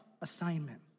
assignment